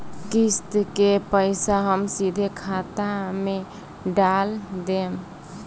किस्त के पईसा हम सीधे खाता में डाल देम?